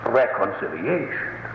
reconciliation